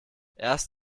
erst